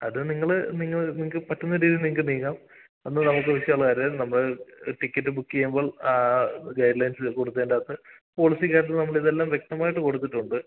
അത് നിങ്ങൾ നിങ്ങൾ നിങ്ങൾക്ക് പറ്റുന്ന രീതിയിൽ നിങ്ങൾക്ക് നീങ്ങാം അതൊന്നും നമുക്ക് വിഷയം ഉള്ള കാര്യമല്ല നമ്മൾ ഒരു ടിക്കറ്റ് ബുക്ക് ചെയ്യുമ്പോൾ ആ ഗൈഡ്ലൈൻസ് കൊടുത്തതിൻറ്റകത്ത് പോളിസി കാര്യത്തിൽ നമ്മളിതെല്ലാം വ്യക്തമായിട്ട് കൊടുത്തിട്ടുണ്ട്